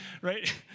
right